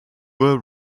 were